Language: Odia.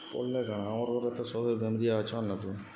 ବଏଲେ କାଣା ଆମର୍ ଘରେ ତ ସବେ ବେମ୍ରିଆ ଅଛନ୍ ଆରୁ